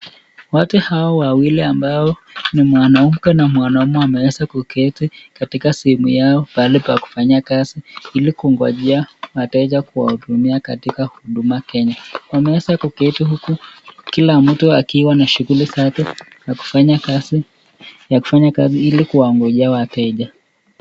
Watu hawa wawili ambao ni mwanamke na mwanaume wameeza kuketi katika sehemu yao pahali pa kufanyia kazi ,ili kuwangojea wateja kuwahudumia katika huduma kenya, wameeza kuketi huku kila mtu akiwa na shughuli zake ya kufanya kazi ili kuwangojea wateja.